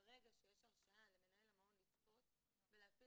וברגע שיש הרשאה למנהל המעון לצפות ולהפעיל